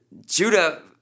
Judah